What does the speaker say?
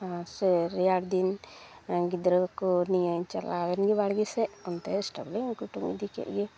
ᱥᱮ ᱨᱮᱭᱟᱲᱫᱤᱱ ᱜᱤᱫᱽᱨᱟᱹᱠᱚ ᱱᱤᱭᱟᱹᱧ ᱪᱟᱞᱟᱣᱮᱱᱜᱮ ᱵᱟᱲᱜᱮ ᱥᱮᱪ ᱚᱱᱛᱮᱨᱮ ᱥᱴᱳᱵᱷᱞᱤᱧ ᱠᱩᱴᱩᱝ ᱤᱫᱤᱠᱮᱫ ᱜᱮ